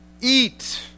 eat